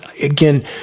Again